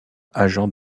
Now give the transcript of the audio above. agent